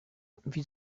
wie